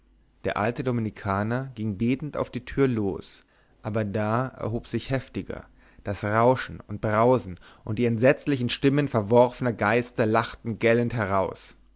der alte dominikaner ging betend auf die tür los aber da erhob sich heftiger das rauschen und brausen und die entsetzlichen stimmen verworfener geister lachten gellend heraus